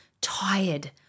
tired